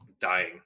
dying